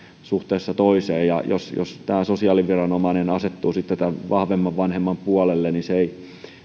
suhteessa toiseen jos tämä sosiaaliviranomainen asettuu sitten vahvemman vanhemman puolelle niin se vain kehittää